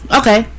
okay